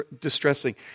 distressing